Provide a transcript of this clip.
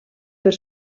per